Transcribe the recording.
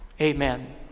Amen